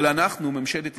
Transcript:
אבל אנחנו, ממשלת ישראל,